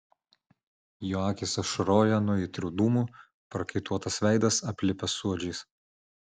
jo akys ašaroja nuo aitrių dūmų prakaituotas veidas aplipęs suodžiais